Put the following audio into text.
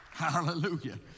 Hallelujah